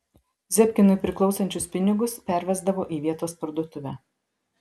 zebkinui priklausančius pinigus pervesdavo į vietos parduotuvę